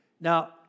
Now